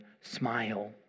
smile